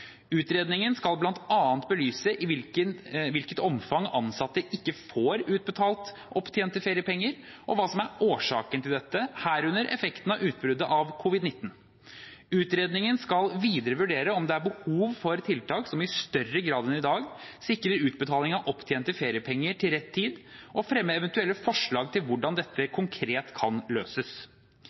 Utredningen skal bl.a. belyse i hvilket omfang ansatte ikke får utbetalt opptjente feriepenger, og hva som er årsakene til dette, herunder effekten av utbruddet av covid-19. Utredningen skal videre vurdere om det er behov for tiltak som i større grad enn i dag sikrer utbetaling av opptjente feriepenger til rett tid, og fremme eventuelle forslag til hvordan dette konkret kan løses.